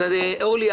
אורלי,